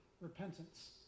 repentance